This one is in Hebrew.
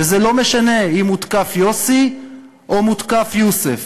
וזה לא משנה אם הותקף יוסי או הותקף יוּסף,